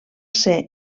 ser